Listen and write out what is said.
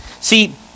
See